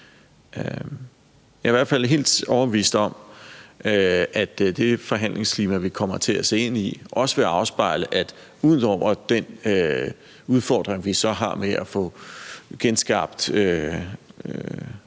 Jeg er i hvert fald helt overbevist om, at det forhandlingsklima, vi kommer til at se ind i, også vil afspejle, at der ud over den udfordring, vi så har med at få skabt